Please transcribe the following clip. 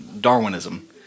Darwinism